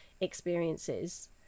experiences